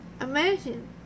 imagine